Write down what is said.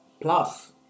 plus